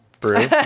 brew